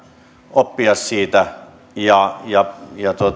oppia siitä ja ja